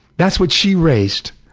that's what she raised.